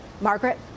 Margaret